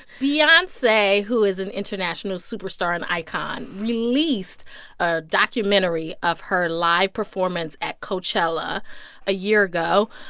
beyonce, who is an international superstar and icon, released a documentary of her live performance at coachella a year ago.